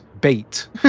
bait